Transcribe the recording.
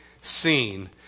seen